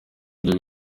ibyo